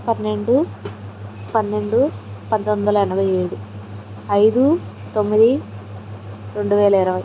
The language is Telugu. పన్నెండు పన్నెండు పంతొమ్మిదొందల ఎనభై ఏడు ఐదు తొమ్మిది రెండువేల ఇరవై